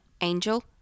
Angel